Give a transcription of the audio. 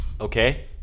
Okay